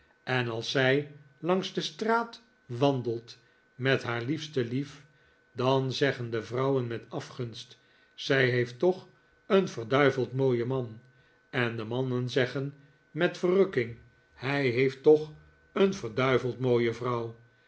en als zij langs de straat wandelt met haar liefste lief dan zeggen de vrouwen met afgunst zij heeft toch een verduiveld mooien man en de mannen zeggen met verrukking hij heeft toch een verduiveld mooie vrouw